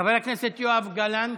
חבר הכנסת יואב גלנט,